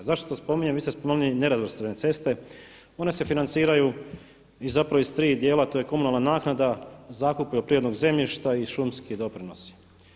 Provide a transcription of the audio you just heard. A zašto to spominjem, vi ste spomenuli nerazvrstane ceste, one se financiraju zapravo iz tri dijela, to je komunalna naknada, zakup poljoprivrednog zemljišta i šumski doprinosi.